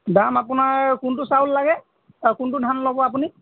দাম আপোনাৰ কোনটো চাউল লাগে কোনটো ধান ল'ব আপুনি